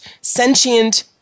sentient